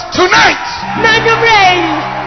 tonight